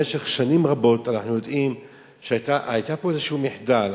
שבמשך שנים רבות היה פה איזשהו מחדל.